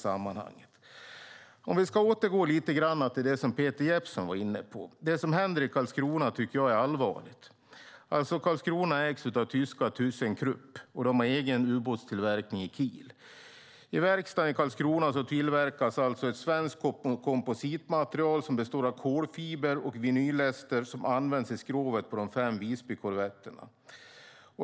Så över till det Peter Jeppsson var inne på. Det som händer i Karlskrona är allvarligt. Kockums ägs av tyska Thyssen Krupp som har egen ubåtstillverkning i Kiel. I verkstaden i Karlskrona tillverkas ett svenskt kompositmaterial som består av kolfiber och vinylester som används i skrovet på de fem Visbykorvetterna.